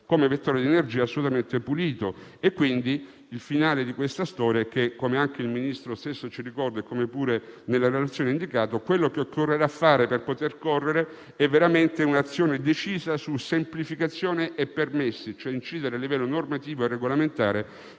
come vettore di energia assolutamente pulito. Quindi, il finale di questa storia - come anche il Ministro stesso ci ricorda e come pure nella relazione è indicato - è che occorrerà, per poter correre, veramente un'azione decisa su semplificazione e permessi, e cioè incidere a livello normativo e regolamentare